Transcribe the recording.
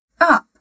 up